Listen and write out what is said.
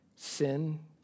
sin